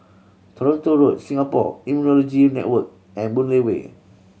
Toronto Road Singapore Immunology Network and Boon Lay Way